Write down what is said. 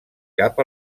cap